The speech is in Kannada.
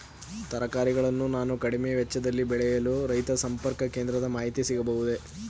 ತರಕಾರಿಗಳನ್ನು ನಾನು ಕಡಿಮೆ ವೆಚ್ಚದಲ್ಲಿ ಬೆಳೆಯಲು ರೈತ ಸಂಪರ್ಕ ಕೇಂದ್ರದ ಮಾಹಿತಿ ಸಿಗಬಹುದೇ?